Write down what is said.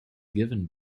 given